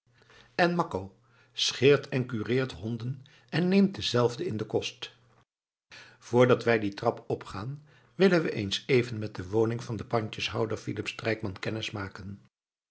n makko scheerdt en kureerdt honden en neemt dezelfde in de kost voordat wij die trap opgaan willen we eens even met de woning van den pandjeshuishouder philip